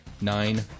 Nine